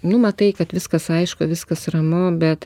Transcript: nu matai kad viskas aišku viskas ramu bet